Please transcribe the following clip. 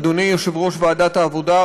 אדוני יושב-ראש ועדת העבודה,